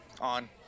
on